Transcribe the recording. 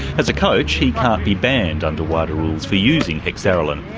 as a coach he can't be banned under wada rules for using hexarelin,